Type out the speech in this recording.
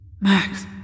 Max